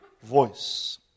voice